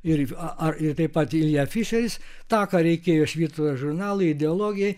ir a a ir taip pat ilja fišeris tą ką reikėjo švyturio žurnalo ideologijai